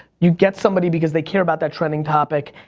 you get somebody because they care about that trending topic,